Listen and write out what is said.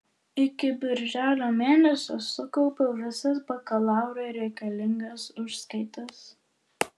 iki birželio mėnesio sukaupiau visas bakalaurui reikalingas užskaitas